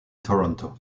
toronto